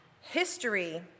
history